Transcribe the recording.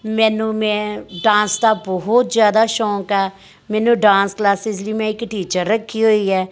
ਮੈਨੂੰ ਮੈਂ ਡਾਂਸ ਦਾ ਬਹੁਤ ਜ਼ਿਆਦਾ ਸ਼ੌਂਕ ਆ ਮੈਨੂੰ ਡਾਂਸ ਕਲਾਸਿਜ ਲਈ ਮੈਂ ਇੱਕ ਟੀਚਰ ਰੱਖੀ ਹੋਈ ਹੈ